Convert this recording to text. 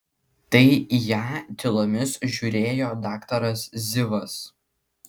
tai į ją tylomis žiūrėjo daktaras zivas